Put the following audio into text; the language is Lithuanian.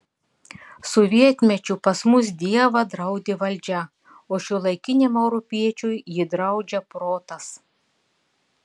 sovietmečiu pas mus dievą draudė valdžia o šiuolaikiniam europiečiui jį draudžia protas